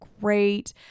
great